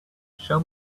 show